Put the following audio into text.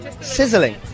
sizzling